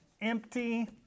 empty